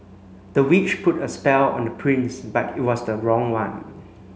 the witch put a spell on the prince but it was the wrong one